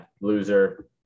loser